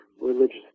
religious